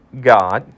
God